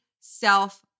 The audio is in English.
self